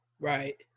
Right